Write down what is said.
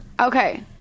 Okay